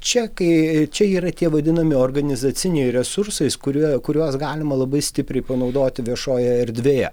čia kai čia yra tie vadinami organizaciniai resursais kurie kuriuos galima labai stipriai panaudoti viešojoje erdvėje